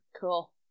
Cool